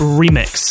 remix